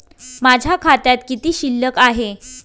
माझ्या खात्यात किती शिल्लक आहे?